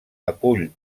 acull